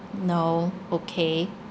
no okay